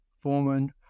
Foreman